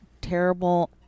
terrible